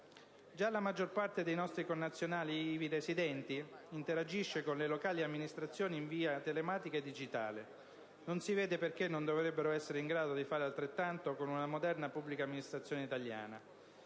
Già la maggior parte dei nostri connazionali ivi residenti interagisce con le locali amministrazioni in via telematica e digitale. Non si vede perché essi non dovrebbero essere in grado di fare altrettanto con una moderna pubblica amministrazione italiana: